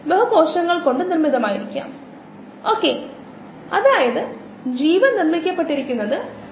ഈ പ്രഭാഷണത്തിൽ ഞാൻ ചില ആശയങ്ങൾ അവതരിപ്പിക്കാൻ പോകുന്നു നമ്മൾ ഈ ആശയങ്ങൾ കുറച്ച് കഴിഞ്ഞ് ഉപയോഗിക്കും